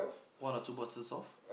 one or two bottles of